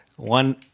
One